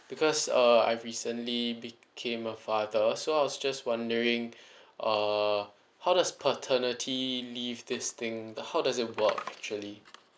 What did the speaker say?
because uh I've recently became a father so I was just wondering uh how does paternity leave this thing how does it work actually